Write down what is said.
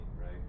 right